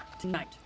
tonight